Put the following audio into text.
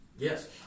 Yes